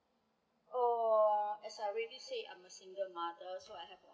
oh as I already said I'm a single mother so I have